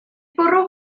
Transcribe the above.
bwrw